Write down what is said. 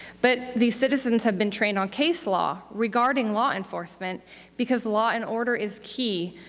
but these citizens have been trained on case law regarding law enforcement because law and order is key,